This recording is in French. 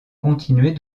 continuer